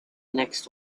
next